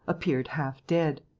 appeared half dead.